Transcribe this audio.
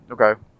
Okay